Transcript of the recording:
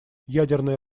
ядерное